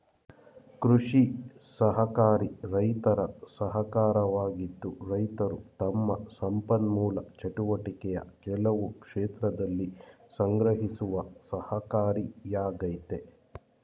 ಕೃಷಿ ಸಹಕಾರಿ ರೈತರ ಸಹಕಾರವಾಗಿದ್ದು ರೈತರು ತಮ್ಮ ಸಂಪನ್ಮೂಲ ಚಟುವಟಿಕೆಯ ಕೆಲವು ಕ್ಷೇತ್ರದಲ್ಲಿ ಸಂಗ್ರಹಿಸುವ ಸಹಕಾರಿಯಾಗಯ್ತೆ